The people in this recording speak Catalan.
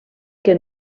que